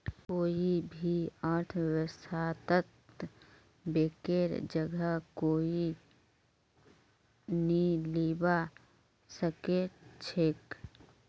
कोई भी अर्थव्यवस्थात बैंकेर जगह कोई नी लीबा सके छेक